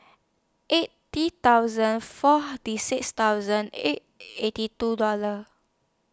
eighty thousand four Tea six thousand eight eighty two